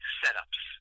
setups